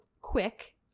quick